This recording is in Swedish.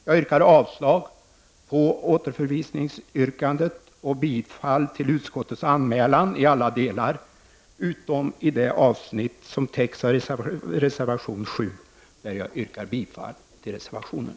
Jag yrkar avslag på återförvisningsyrkandet och bifall till utskottets anmälan i alla delar utom i det avsnitt som täcks av reservation 7, där jag yrkar bifall till reservationen.